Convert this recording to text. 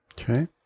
Okay